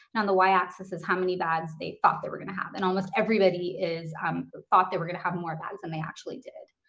on the y axis is how many bags they thought they were going to have. and almost everybody um thought that were gonna have more bags than they actually did.